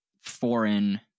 foreign